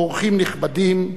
אורחים נכבדים,